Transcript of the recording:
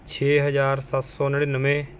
ਛੇ ਹਜ਼ਾਰ ਸੱਤ ਸੌ ਨੜਿਨਵੇਂ